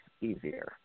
easier